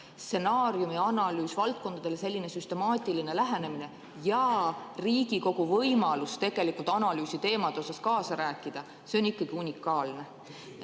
Stsenaariumi analüüs valdkondade jaoks, selline süstemaatiline lähenemine ja Riigikogu võimalus analüüsiteemade osas kaasa rääkida – see on unikaalne.